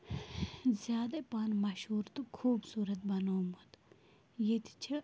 زیادَے پَہَن مَشہوٗر تہٕ خوٗبصوٗرَت بَنومُت ییٚتہِ چھِ